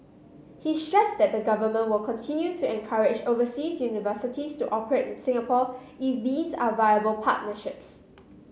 he stressed that the government will continue to encourage overseas universities to operate in Singapore if these are viable partnerships